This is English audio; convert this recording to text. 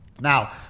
Now